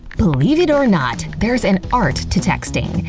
believe it or not, there's an art to texting,